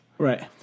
Right